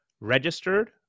registered